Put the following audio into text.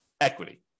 equity